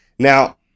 Now